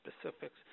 specifics